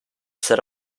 set